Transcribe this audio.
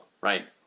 right